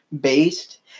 based